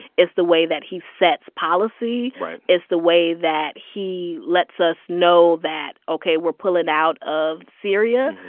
it's the way that he sets policy right it's the way that he lets us know that, ok, we're pulling out of syria.